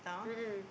mm mm